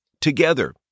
together